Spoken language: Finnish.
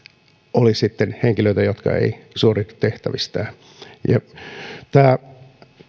olisi henkilöitä jotka eivät suoriudu tehtävistään näin ajatellen tämä